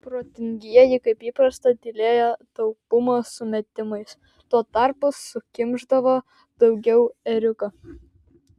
protingieji kaip įprasta tylėjo taupumo sumetimais tuo tarpu sukimšdavo daugiau ėriuko